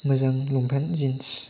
मोजां लंपेन्ट जिन्स